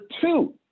two